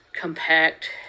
compact